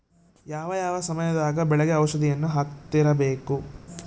ಯಾವ ಯಾವ ಸಮಯದಾಗ ಬೆಳೆಗೆ ಔಷಧಿಯನ್ನು ಹಾಕ್ತಿರಬೇಕು?